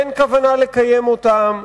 אין כוונה לקיים אותן.